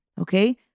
Okay